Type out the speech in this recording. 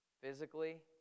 physically